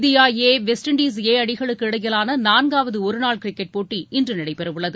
India A West Indies A அணிகளுக்கு இடையிலான நான்காவது ஒருநாள் கிரிக்கெட் போட்டி இன்று நடைபெறவுள்ளது